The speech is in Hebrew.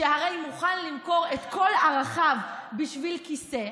שהרי הוא מוכן למכור את כל ערכיו בשביל כיסא,